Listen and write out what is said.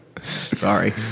sorry